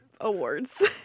awards